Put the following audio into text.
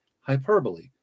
hyperbole